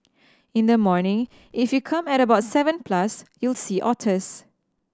in the morning if you come at about seven plus you'll see otters